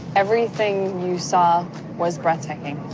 everything you saw was breathtaking.